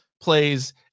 plays